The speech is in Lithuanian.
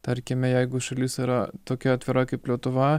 tarkime jeigu šalis yra tokia atvira kaip lietuva